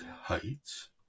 heights